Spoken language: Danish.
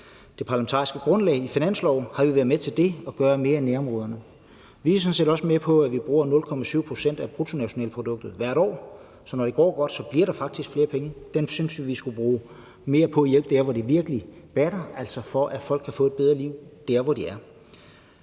det parlamentariske grundlag i finansloven, altså at gøre mere i nærområderne. Vi er sådan set også med på, at vi bruger 0,7 pct. af bruttonationalproduktet hvert år. Så når det går godt, bliver der faktisk flere penge. Dem synes vi at vi skulle bruge mere på at hjælpe der, hvor det virkelig batter, altså for at folk kan få et bedre liv der, hvor de er.